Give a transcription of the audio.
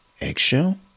eggshell